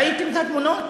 ראיתם את התמונות?